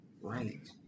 right